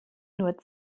nur